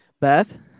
Beth